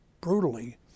brutally